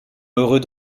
heureux